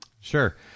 sure